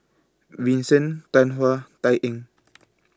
Vincent Tan Hwa Tay Eng